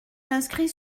inscrits